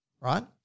right